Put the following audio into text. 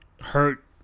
hurt